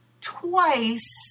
twice